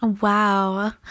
Wow